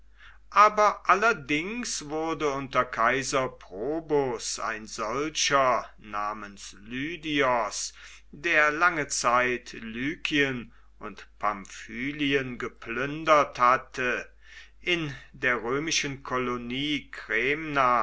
aber allerdings wurde unter kaiser probus ein solcher namens lydios der lange zeit lykien und pamphylien geplündert hatte in der römischen kolonie